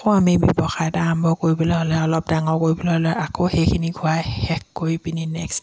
আকৌ আমি ব্যৱসায়ত আৰম্ভ কৰিবলৈ হ'লে অলপ ডাঙৰ কৰিবলৈ হ'লে আকৌ সেইখিনি ঘূৰাই শেষ কৰি পিনি নেক্সট